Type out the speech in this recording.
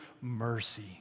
Mercy